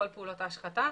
כל פעולות ההשחתה,